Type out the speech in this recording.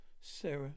Sarah